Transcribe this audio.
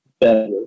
better